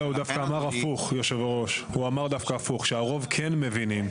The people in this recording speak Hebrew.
הוא דווקא אמר הפוך, היושב-ראש, שהרוב כן מבינים.